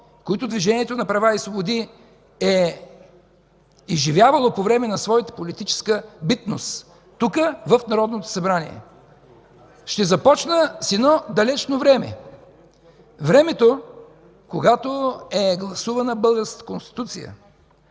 които Движението за права и свободи е изживявало по време на своята политическа битност тук в Народното събрание. Ще започна с едно далечно време – времето, когато е гласувана българската Конституция.